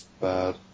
bad